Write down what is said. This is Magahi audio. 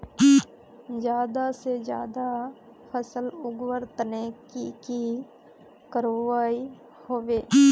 ज्यादा से ज्यादा फसल उगवार तने की की करबय होबे?